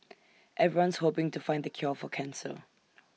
everyone's hoping to find the cure for cancer